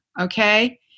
okay